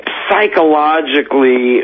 psychologically